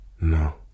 No